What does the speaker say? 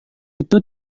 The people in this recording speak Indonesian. itu